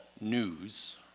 news